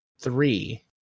three